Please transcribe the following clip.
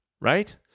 right